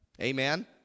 Amen